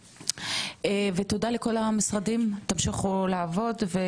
תמשיכו לעבוד ולהעביר לנו מידע לפי הבקשה,